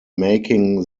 making